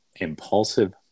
impulsive